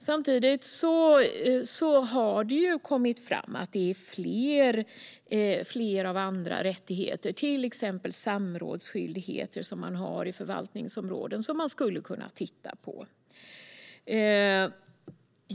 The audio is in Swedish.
Samtidigt har det kommit fram att man skulle kunna titta på fler av andra rättigheter, till exempel samrådsskyldigheter i förvaltningsområden.